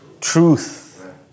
truth